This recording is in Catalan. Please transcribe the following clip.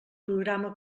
programa